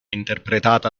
interpretata